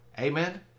Amen